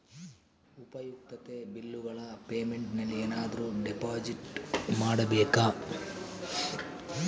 ಉಪಯುಕ್ತತೆ ಬಿಲ್ಲುಗಳ ಪೇಮೆಂಟ್ ನಲ್ಲಿ ಏನಾದರೂ ಡಿಪಾಸಿಟ್ ಮಾಡಬೇಕಾ?